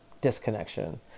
disconnection